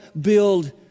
build